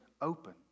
open